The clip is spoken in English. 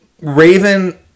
Raven